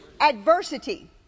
Adversity